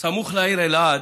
בסמוך לעיר אלעד